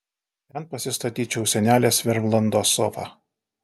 ten pasistatyčiau senelės vermlando sofą